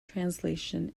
translation